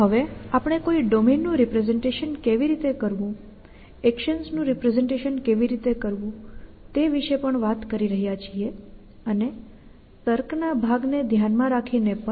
હવે આપણે કોઈ ડોમેનનું રિપ્રેસેંટેશન કેવી રીતે કરવું એક્શન્સનું રિપ્રેસેંટેશન કેવી રીતે કરવું તે વિશે પણ વાત કરી રહ્યા છીએ અને તર્કના ભાગને ધ્યાનમાં રાખીને પણ